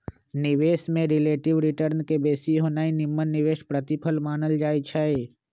निवेश में relative return के बेशी होनाइ निम्मन निवेश प्रतिफल मानल जाइ छइ